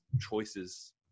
choices